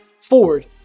Ford